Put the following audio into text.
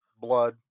blood